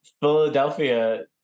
philadelphia